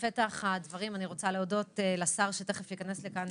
בפתח הדברים אני רוצה להודות לשר שתכף ייכנס לכאן,